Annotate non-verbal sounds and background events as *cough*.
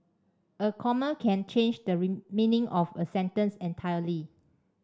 a comma can change the *unintelligible* meaning of a sentence entirely